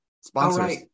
sponsors